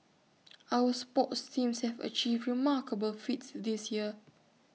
our sports teams have achieved remarkable feats this year